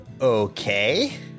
Okay